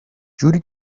جوری